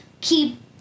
keep